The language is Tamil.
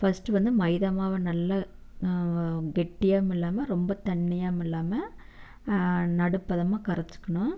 ஃபர்ஸ்டு வந்து மைதா மாவை நல்ல கெட்டியாவுமில்லாமல் ரொம்ப தண்ணியாவுமில்லாமல் நடுப்பதமாக கரைச்சிக்கணும்